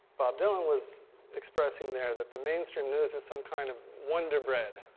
bob dylan was expressing there that the mainstream news is some kind of wonder bread